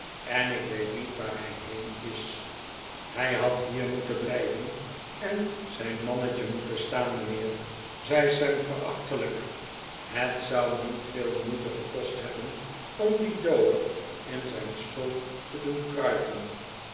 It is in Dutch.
en ik weet hiet waar hij heen is hij had hier moeten blijven en zijn mannet je moeten staan mijnheer zei sam verachtelijk het zou niet veel moeite gekost hebben om dien dowler in zijn schulp te doen kruipen